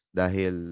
dahil